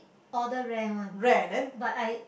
order Ray one